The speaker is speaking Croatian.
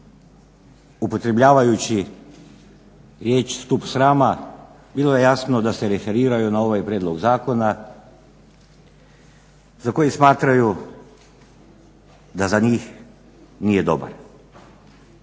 upotrebljavajući stup srama, bilo je jasno da se referiraju na ovaj prijedlog zakona za koji smatraju da za njih nije dobar.